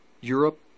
Europe